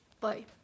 Bye